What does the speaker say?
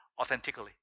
authentically